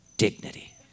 dignity